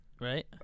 right